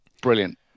brilliant